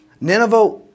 Nineveh